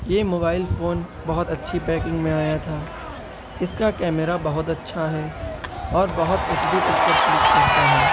یہ mobile phone بہت اچھی پیکنگ میں آیا تھا اس کا کیمرہ بہت اچھا ہے اور بہت ایچ ڈی پکچر کلک کرتا ہے